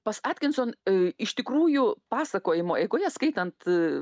pas atkinson iš tikrųjų pasakojimo eigoje skaitant